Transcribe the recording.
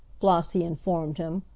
flossie informed him,